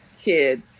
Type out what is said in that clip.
kid